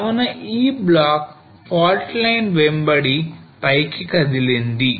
కావున ఈ block fault plane వెంబడి పైకి కదిలింది